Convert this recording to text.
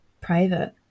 private